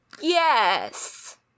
Yes